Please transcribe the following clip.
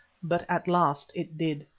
but at last it did